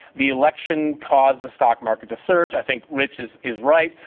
the election caused the stock market to surge. i think rich is is right.